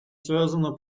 связана